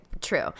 true